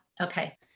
okay